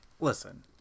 listen